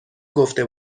گفته